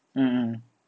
mm mm